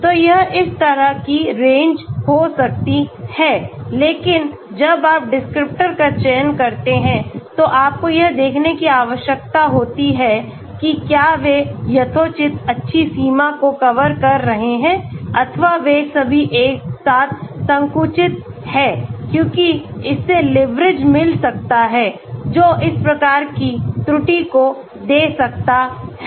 तो यह इस तरह की रेंज हो सकती है लेकिन जब आप डिस्क्रिप्टर का चयन करते हैं तो आपको यह देखने की आवश्यकता होती है कि क्या वे यथोचित अच्छी सीमा को कवर कर रहे हैं अथवा वे सभी एक साथ संकुचित हैं क्योंकि इससे लिवरेज मिल सकता है जो इस प्रकार की त्रुटियों को दे सकता है